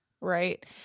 Right